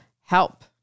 Help